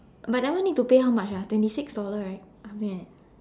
but that one need to pay how much ah twenty six dollar right something like that